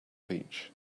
beach